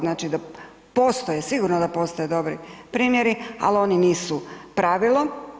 Znači da postoje, sigurno da postoje dobri primjeri, ali oni nisu pravilo.